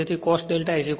તેથી cos δ 1